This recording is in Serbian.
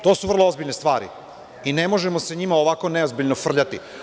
To su vrlo ozbiljne stvari i ne možemo se njima ovako ozbiljno frljati.